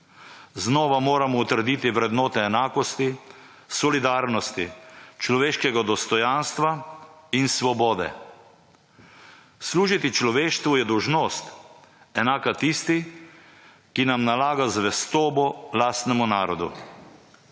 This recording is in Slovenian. Znova moramo utrditi vrednote enakosti, solidarnosti, človeškega dostojanstva in svobode. Služiti človeštvu je dolžnost enaka tisti, ki nam nalaga zvestobo, lastnemu narodu.